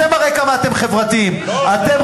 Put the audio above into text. זה מראה שאתה, לאנשים האלה אין מה לאכול.